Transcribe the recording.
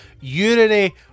Urinary